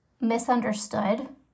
misunderstood